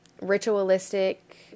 ritualistic